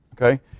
Okay